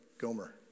Gomer